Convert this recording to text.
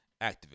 activists